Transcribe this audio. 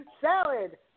salad